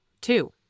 Two